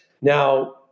Now